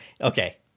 Okay